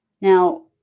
Now